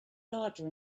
larger